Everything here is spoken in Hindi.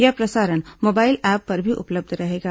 यह प्रसारण मोबाइल ऐप पर भी उपलब्ध रहेगा